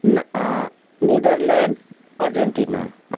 न Netherland Argentina